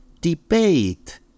debate